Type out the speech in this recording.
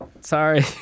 Sorry